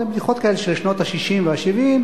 זה בדיחות כאלה של שנות ה-60 ו-70,